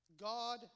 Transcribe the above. God